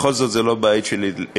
בכל זאת זה לא בית של אליטיסטים,